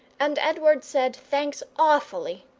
and edward said, thanks awfully